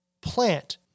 plant